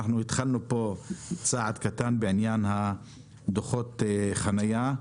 אנחנו התחלנו פה צעד קטן בעניין דוחות החניה,